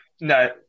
No